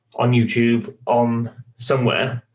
on youtube, on somewhere.